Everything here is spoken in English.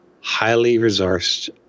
highly-resourced